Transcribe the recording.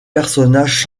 personnages